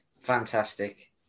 Fantastic